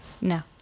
no